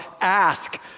Ask